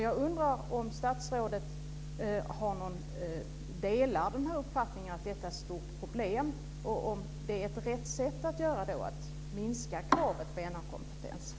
Jag undrar om statsrådet delar uppfattningen att detta är ett stort problem och om hon tycker att det är rätt sätt att minska kravet på na-kompetens.